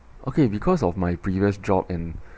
okay because of my previous job and